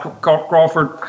Crawford